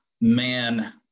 man